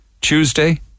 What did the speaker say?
Tuesday